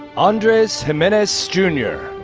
andres jimenez, jnr.